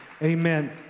amen